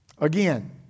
again